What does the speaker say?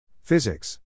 Physics